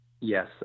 yes